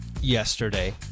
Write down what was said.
yesterday